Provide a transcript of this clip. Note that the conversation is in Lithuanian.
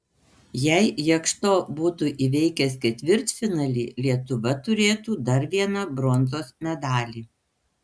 jei jakšto būtų įveikęs ketvirtfinalį lietuva turėtų dar vieną bronzos medalį